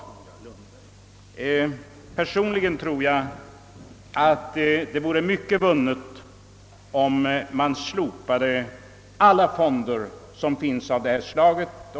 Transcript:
Personligen tror jag att mycket vore vunnet, om alla fonder av det här slaget slopades.